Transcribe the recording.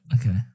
Okay